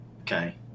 Okay